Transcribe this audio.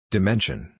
Dimension